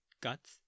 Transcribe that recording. guts